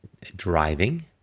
driving